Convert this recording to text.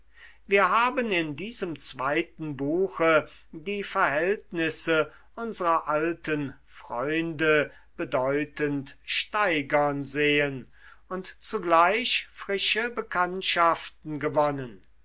wir haben in diesem zweiten buche die verhältnisse unsrer alten freunde bedeutend steigern sehen und zugleich frische bekanntschaften gewonnen